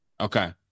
Okay